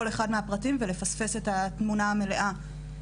אחד מהפרטים ולפספס את התמונה המלאה.